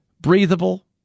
Breathable